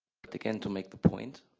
but again to make the point,